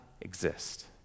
exist